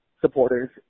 supporters